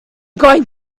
going